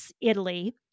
Italy